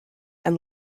and